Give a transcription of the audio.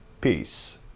Peace